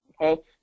Okay